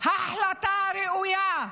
החלטה ראויה,